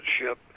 ship